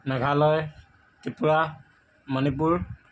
Meghalaya Tripura Manipur